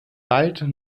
bald